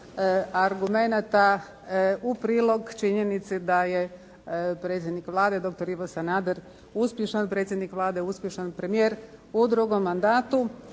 argumenata u prilog činjenici da je predsjednik Vlade dr. Ivo Sanader uspješan predsjednik Vlade, uspješan premijer u drugom mandatu.